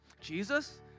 Jesus